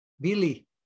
Billy